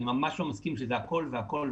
כך שאני ממש לא מסכים לגישה של לעשות הכול מהכול,